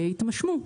התממשו.